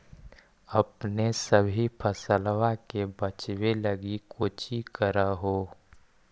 अपने सभी फसलबा के बच्बे लगी कौची कर हो?